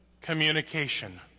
communication